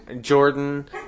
Jordan